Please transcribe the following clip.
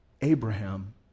Abraham